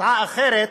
הצעה אחרת